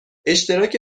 اشتراک